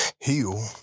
heal